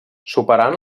superant